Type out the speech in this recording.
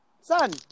son